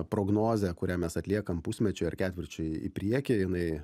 prognozė kurią mes atliekam pusmečiui ar ketvirčiui į priekį jinai